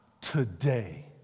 Today